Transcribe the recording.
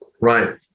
Right